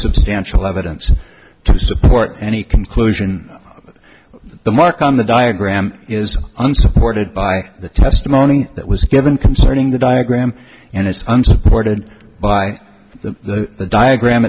substantial evidence to support any conclusion the mark on the diagram is unsupported by the testimony that was given concerning the diagram and it's unsupported by the diagram